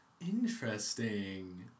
Interesting